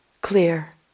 clear